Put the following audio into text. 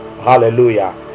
hallelujah